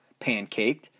pancaked